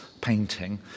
painting